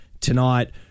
tonight